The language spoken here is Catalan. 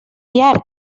llarg